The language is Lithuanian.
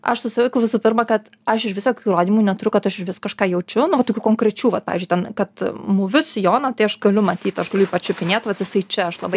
aš susivokiu visų pirma kad aš išvis jokių įrodymų neturiu kad aš išvis kažką jaučiu na va tokių konkrečių vat pavyzdžiui ten kad muviu sijoną tai aš galiu matyt aš galiu jį pačiupinėt vat jisai čia aš labai